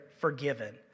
forgiven